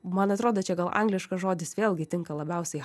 man atrodo čia gal angliškas žodis vėlgi tinka labiausiai